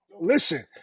Listen